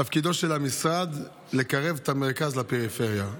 תפקידו של המשרד לקרב את הפריפריה למרכז,